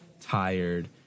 tired